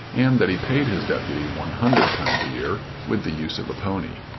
and that he paid his deputy one hundred pounds a year with the use of a pony.